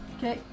Okay